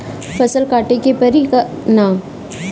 फसल काटे के परी कि न?